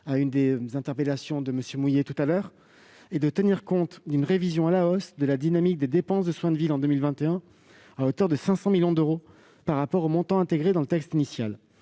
à une interpellation de M. Mouiller -; et à tenir compte d'une révision à la hausse de la dynamique des dépenses de soins de ville, à hauteur de 500 millions d'euros par rapport au montant inscrit dans le texte initial.